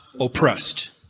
oppressed